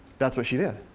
that's what she did.